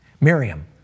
Miriam